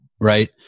right